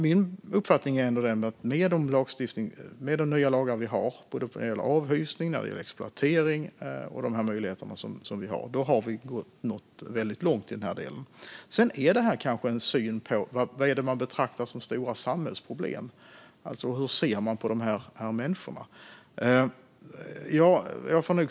Min uppfattning är ändå att vi, med de möjligheter vi har och med de nya lagar vi har när det gäller avhysning och exploatering, har nått väldigt långt i denna del. Sedan handlar detta kanske om vad man betraktar som stora samhällsproblem. Hur ser man på de här människorna?